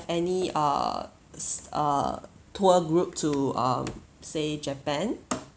any err err tour group to uh say japan